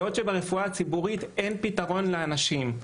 ברפואה הציבורית אין פתרון לאנשים,